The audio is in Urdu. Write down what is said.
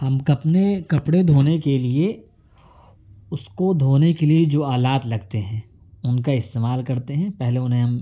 ہم اپنے کپڑے دھونے کے لیے اس کو دھونے کے لیے جو آلات لگتے ہیں ان کا استعمال کرتے ہیں پہلے انہیں ہم